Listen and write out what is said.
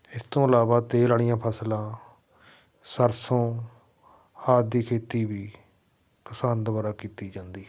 ਇਸ ਤੋਂ ਇਲਾਵਾ ਤੇਲ ਵਾਲੀਆਂ ਫਸਲਾਂ ਸਰਸੋਂ ਆਦਿ ਦੀ ਖੇਤੀ ਵੀ ਕਿਸਾਨ ਦੁਆਰਾ ਕੀਤੀ ਜਾਂਦੀ ਹੈ